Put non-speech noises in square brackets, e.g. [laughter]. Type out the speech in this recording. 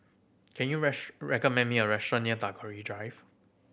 can you [unintelligible] recommend me a restaurant near Tagore Drive